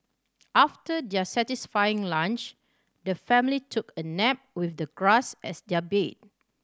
after their satisfying lunch the family took a nap with the grass as their bed